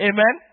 Amen